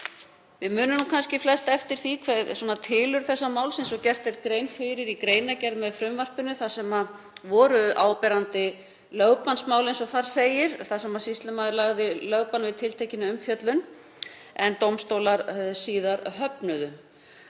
Við munum kannski flest eftir því hver er tilurð þessa máls, eins og gert er grein fyrir í greinargerð með frumvarpinu þar sem voru áberandi lögbannsmál, eins og þar segir, þar sem sýslumaður lagði lögbann við tiltekinni umfjöllun en dómstólar höfnuðu